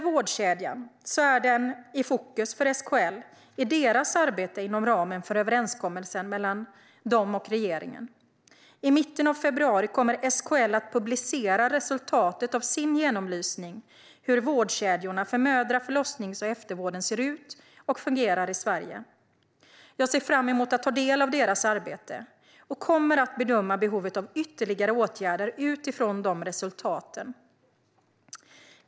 Vårdkedjan är i fokus för SKL:s arbete inom ramen för överenskommelsen mellan SKL och regeringen. I mitten av februari kommer SKL att publicera resultatet av sin genomlysning av hur vårdkedjorna för mödra, förlossnings och eftervården ser ut och fungerar i Sverige. Jag ser fram emot att ta del av deras arbete och kommer att bedöma behovet av ytterligare åtgärder utifrån de resultaten.